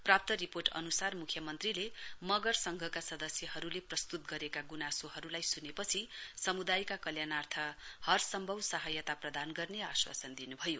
प्राप्त रिर्पोट अनुसार मुख्यमन्त्रीले मंगर संघका सदस्यहरूले प्रस्तुत गरेका गुनासोहरूलाई सुनेपछि समुदायका कल्याणार्थ हर सम्भव सहायता प्रदान गर्ने आश्वासन दिनुभयो